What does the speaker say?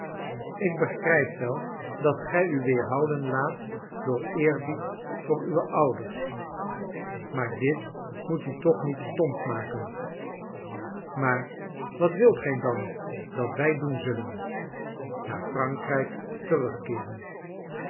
ik begrijp wel dat gij u weerhouden laat door eerbied voor uwe ouders maar dit moet u toch niet stomp maken maar wat wilt gij dan dat wij doen zullen naar frankrijk terugkeeren